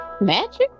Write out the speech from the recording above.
Magic